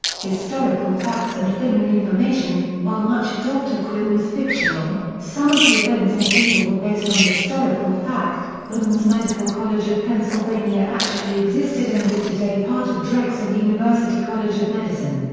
historical facts and filming information while much of dr. quinn was fictional, some of the events and people were based on historical fact women's medical college of pennsylvania actually existed and is today part of drexel university college of medicine.